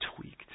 tweaked